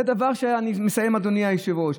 זה דבר, אני מסיים, אדוני היושב-ראש.